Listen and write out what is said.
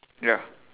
ya